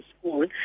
school